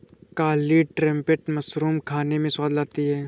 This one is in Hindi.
काली ट्रंपेट मशरूम खाने में स्वाद लाती है